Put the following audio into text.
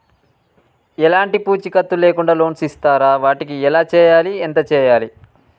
ఎలాంటి పూచీకత్తు లేకుండా లోన్స్ ఇస్తారా వాటికి ఎలా చేయాలి ఎంత చేయాలి?